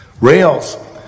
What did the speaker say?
rails